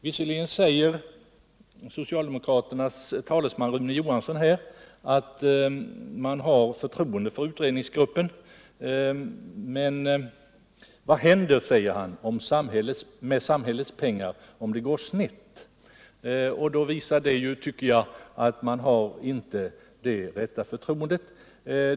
Visserligen säger socialdemokraternas talesman Rune Johansson i Ljungby att man har förtroende för utredningsgruppen, men han frågar också: Vad händer med samhällets pengar om det går snett? Detta visar, tycker jag, att man inte har det rätta förtroendet.